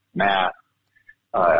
math